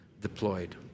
deployed